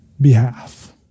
behalf